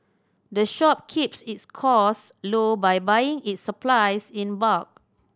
the shop keeps its costs low by buying its supplies in bulk